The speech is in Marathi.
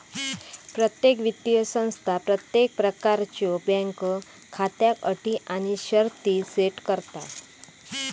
प्रत्येक वित्तीय संस्था प्रत्येक प्रकारच्यो बँक खात्याक अटी आणि शर्ती सेट करता